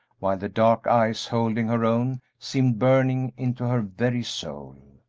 while the dark eyes holding her own seemed burning into her very soul.